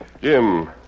Jim